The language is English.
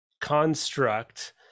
construct